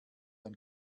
ein